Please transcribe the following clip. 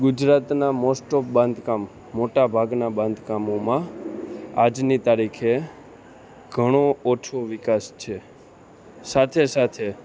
ગુજરાતના most of બાંધકામ મોટા ભાગના બાંધકામોમાં આજની તારીખે ઘણો ઓછો વિકાસ છે સાથે સાથે